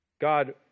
God